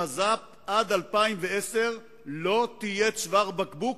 מז"פ עד 2010 לא תהיה צוואר בקבוק